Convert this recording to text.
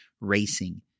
racing